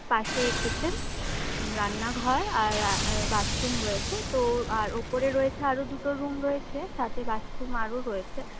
পাশে কিচেন রান্নাঘর আর বাথরুম রয়েছে তো আর ওপরে রয়েছে আরও দুটো রুম রয়েছে সাথে বাথরুম আরও রয়েছে